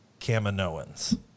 Kaminoans